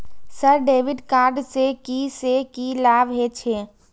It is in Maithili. सर डेबिट कार्ड से की से की लाभ हे छे?